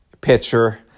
pitcher